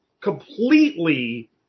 completely